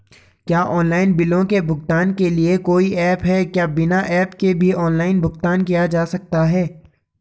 क्या ऑनलाइन बिलों के भुगतान के लिए कोई ऐप है क्या बिना ऐप के भी ऑनलाइन भुगतान किया जा सकता है?